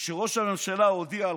כשראש הממשלה הודיע על